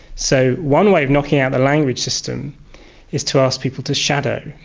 so one way of knocking out the language system is to ask people to shadow.